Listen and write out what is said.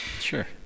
Sure